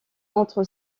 entre